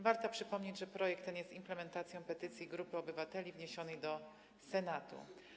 Warto przypomnieć, że projekt ten jest implementacją petycji grupy obywateli wniesionej do Senatu.